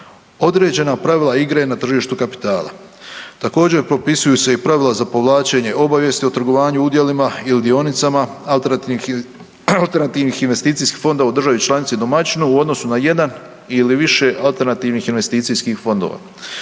određena pravila igre na tržištu kapitala. Također propisuju se i pravila za povlačenje obavijesti o trgovanju udjelima i u dionicama alternativnih investicijskih fondova u državi članici domaćinu u odnosu na jedan ili više alternativnih investicijskih fondova.